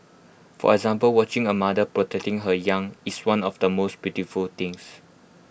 for example watching A mother protecting her young is one of the most beautiful things